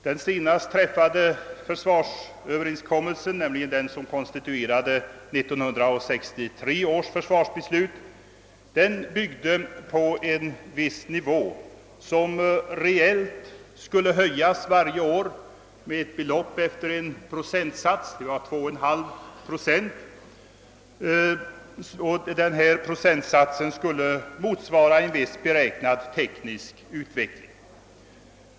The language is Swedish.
Den senast träffade försvarsöverenskommelsen, den som <konstituerade 1963 års försvarsbeslut, byggde på en viss nivå som reellt skulle höjas varje år med 2,5 procent. Denna procentsats skulle täcka kostnaden för en viss beräknad teknisk utveckling.